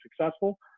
successful